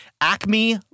Acme